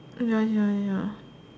ya ya ya